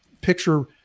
picture